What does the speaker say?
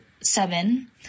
seven